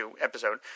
episode